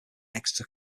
exeter